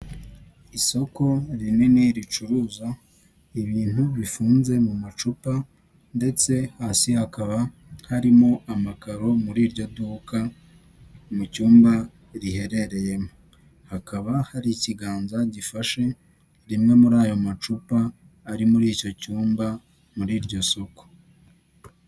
Isoko rinini ricuruza ibintu bifunze mu macupa ndetse hasi hakaba harimo amakaro muri iryo duka mu cyumba riherereyemo, hakaba hari ikiganza gifashe rimwe muri ayo macupa ari muri icyo cyumba muri iryo soko.